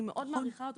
אני מאוד מעריכה אותו.